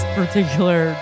particular